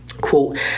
quote